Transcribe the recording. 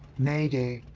mayday!